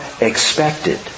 expected